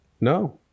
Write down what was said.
No